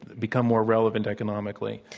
become more relevant economically?